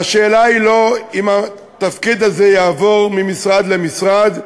והשאלה היא לא אם התפקיד הזה יעבור ממשרד למשרד,